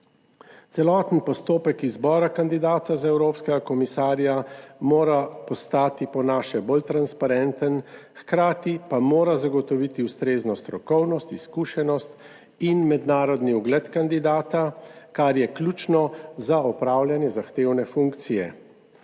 Celoten postopek izbora kandidata za evropskega komisarja mora postati po naše bolj transparenten, hkrati pa mora zagotoviti ustrezno strokovnost, izkušenost in mednarodni ugled kandidata, kar je ključno za opravljanje zahtevne funkcije.